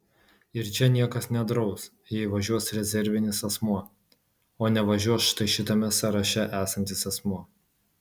ir čia niekas nedraus jei važiuos rezervinis asmuo o nevažiuos štai šitame sąraše esantis asmuo